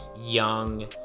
young